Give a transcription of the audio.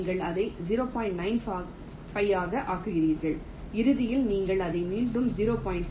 95 ஆக ஆக்குகிறீர்கள் இறுதியில் நீங்கள் அதை மீண்டும் 0